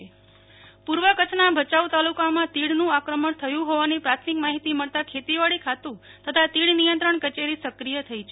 નેહલ ઠક્કર કચ્છમાં તીડ દેખાયા પૂર્વ કચ્છ ના ભચાઉ તાલુકા માં તીડ નું આક્રમણ થયું હોવાની પ્રાથમિક માહિતી મળતા ખેતીવાડી ખાતું તથા તીડ નિયંત્રણ કચેરી સક્રિય થઈ છે